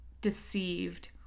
deceived